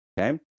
okay